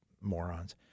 morons